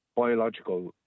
Biological